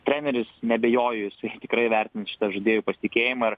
treneris neabejoju jisai tikrai įvertins šitą žaidėjų pasitikėjimą ir